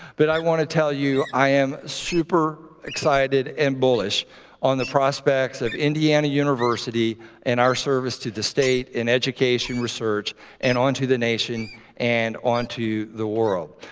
but i want to tell you, i am super excited and bullish on the prospects of indiana university and our service to the state in education research and on to the nation and on to the world.